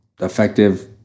effective